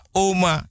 oma